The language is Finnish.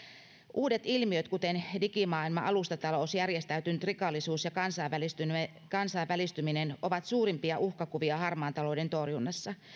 uudet ilmiöt kuten digimaailma alustatalous järjestäytynyt rikollisuus ja kansainvälistyminen kansainvälistyminen ovat suurimpia uhkakuvia harmaan talouden torjunnassa